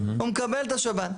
הוא מקבל את השב"ן.